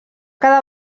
cada